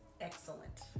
excellent